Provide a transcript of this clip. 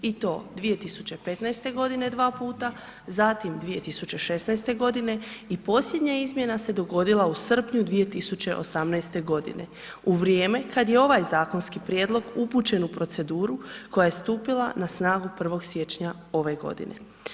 I to 2015. godine dva puta, zatim 2016. godine i posljednja izmjena se dogodila u srpnju 2018. godine u vrijeme kada je ovaj zakonski prijedlog upućen u proceduru koja je stupila na snagu 1. siječnja ove godine.